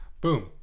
Boom